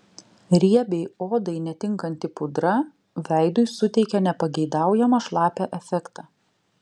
riebiai odai netinkanti pudra veidui suteikia nepageidaujamą šlapią efektą